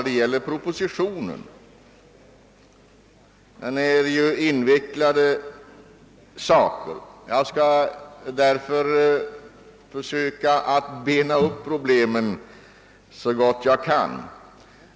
Många frågor är invecklade. Därför skall jag här försöka bena upp problemen så gott jag kan.